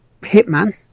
hitman